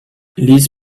liz